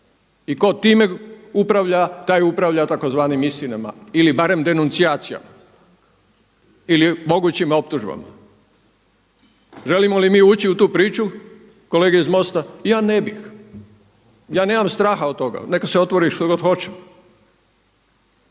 I tko time upravlja, taj upravlja tzv. istinama ili barem denuncijacijama ili mogućim optužbama. Želimo li mi ući u tu priču kolege iz Mosta? Ja ne bih. Ja nemam straha od toga. Neka se otvori što god hoće,